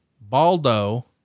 Baldo